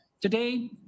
Today